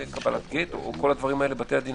אני עמדתי בלוחות הזמנים שלי --- אולי תספר לנו איך היה,